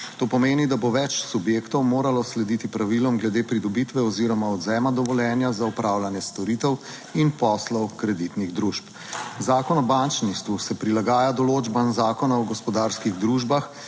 To pomeni, da bo več subjektov moralo slediti pravilom glede pridobitve oziroma odvzema dovoljenja za opravljanje storitev in poslov kreditnih družb. Zakon o bančništvu se prilagaja določbam Zakona o gospodarskih družbah,